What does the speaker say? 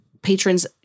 patrons